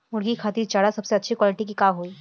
मुर्गी खातिर चारा सबसे अच्छा क्वालिटी के का होई?